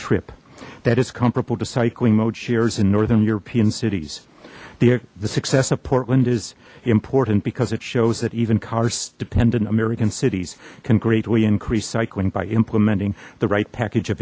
trip that is comparable to cycling mode shares in northern european cities the success of portland is important because it shows that even cars dependent american cities can greatly increase cycling by implementing the right package of